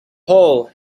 hole